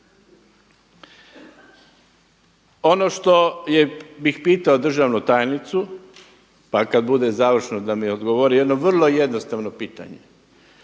Ono što bih pitao državnu tajnicu pa kada bude završno da mi odgovori, jedno vrlo jednostavno pitanje.